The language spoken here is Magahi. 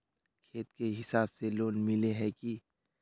खेत के हिसाब से लोन मिले है की?